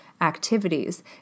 activities